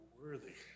worthy